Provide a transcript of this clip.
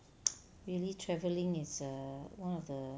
really travelling it's err one of the